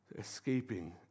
escaping